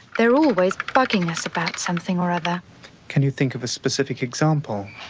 they're always bugging us about something or other can you think of a specific example?